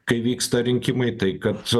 kai vyksta rinkimai tai kad